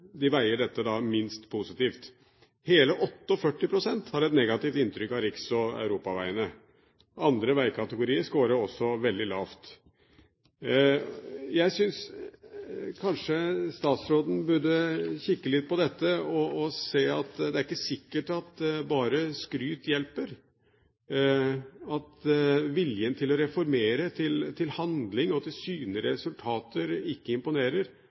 de områdene der folk er minst fornøyd. Og etter det som respondentene er opptatt av, veier dette minst positivt. Hele 48 pst. har et negativt inntrykk av riks- og europaveiene. Andre veikategorier skårer også veldig lavt. Jeg syns statsråden kanskje burde kikke litt på dette og se at det er ikke sikkert at bare skryt hjelper, at viljen til å reformere, til handling og til synlige resultater ikke